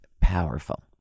powerful